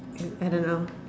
I don't know